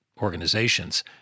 organizations